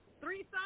three